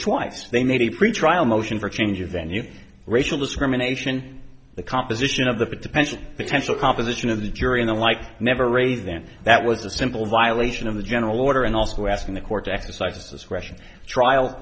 twice they made a pretrial motion for change of venue racial discrimination the composition of the pension potential composition of the jury in the like never raised then that was a simple violation of the general order and also asking the court t